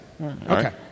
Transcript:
Okay